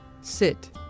Sit